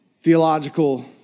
theological